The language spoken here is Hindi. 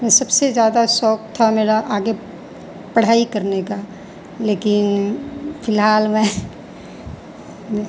मैं सबसे ज़्यादा शौक़ था मेरा आगे पढ़ाई करने का लेकिन फिलहाल मैं ने